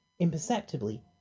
imperceptibly